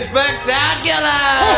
Spectacular